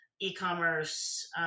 e-commerce